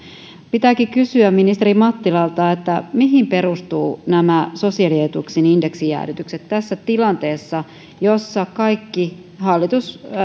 pitääkin kysyä ministeri mattilalta mihin perustuvat nämä sosiaalietuuksien indeksijäädytykset tässä tilanteessa jossa kaikki